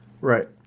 right